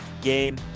game